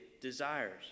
desires